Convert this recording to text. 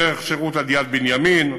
דרך שירות עד יד-בנימין,